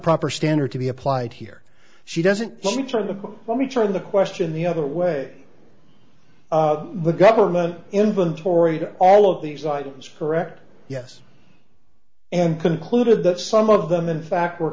proper standard to be applied here she doesn't let me turn the book let me turn the question the other way the government inventory all of these items correct yes and concluded that some of them in fact